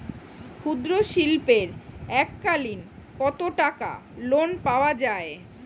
ক্ষুদ্রশিল্পের এককালিন কতটাকা লোন পাওয়া য়ায়?